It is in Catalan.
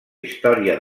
història